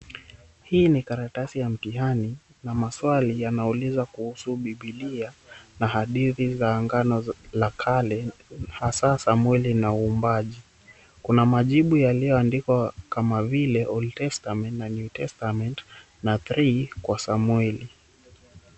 Hii ni karatasi ya mtihani na maswali yanauliza kuhusu biblia na hadithi za agano la kale hasa za Samweli na uumbaji. Kuna majibu yaliyoandikwa kama vile "Old Testament" na "New Testament" na "Three" kwa Samweli.